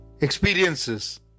Experiences